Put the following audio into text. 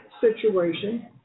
situation